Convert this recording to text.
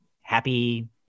happy